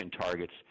targets